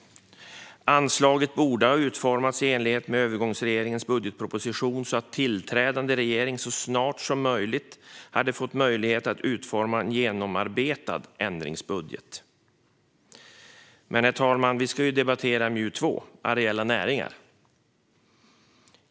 Anslaget borde ha utformats i enlighet med övergångsregeringens budgetproposition så att tillträdande regering så snart som möjligt fått möjlighet att utforma en genomarbetad ändringsbudget. Men, fru talman, vi ska debattera MJU2 om areella näringar.